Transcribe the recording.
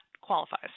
qualifies